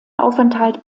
aufenthalt